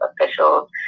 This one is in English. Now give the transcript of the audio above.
officials